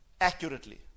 accurately